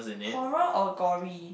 horror or gory